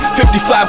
55